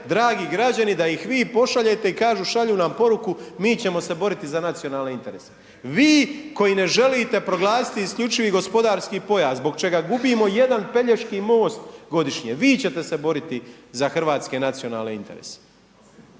dragi građani da ih vi pošaljete i kažu šalju nam poruku „mi ćemo se boriti za nacionalne interese“, vi koji ne želite proglasiti isključivi gospodarski pojas zbog čega gubimo jedan Pelješki most, vi ćete se boriti za hrvatske nacionalne interese,